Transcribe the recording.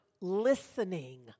listening